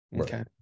okay